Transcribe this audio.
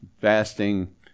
fasting